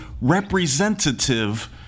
representative